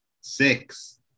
Six